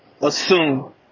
assume